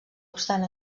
obstant